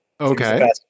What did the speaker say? Okay